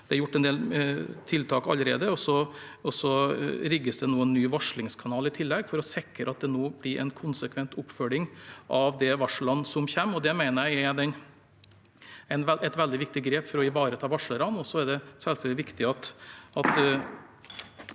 Det er gjort en del tiltak allerede, og så rigges det en ny varslingskanal i tillegg for å sikre at det nå blir en konsekvent oppfølging av de varslene som kommer. Det mener jeg er et veldig viktig grep for å ivareta varslerne. Ine Eriksen Søreide